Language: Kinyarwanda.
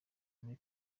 muri